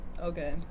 Okay